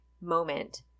moment